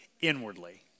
inwardly